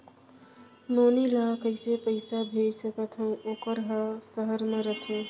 नोनी ल कइसे पइसा भेज सकथव वोकर ह सहर म रइथे?